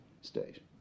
state